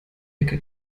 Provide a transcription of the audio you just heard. ecke